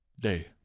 Day